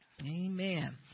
Amen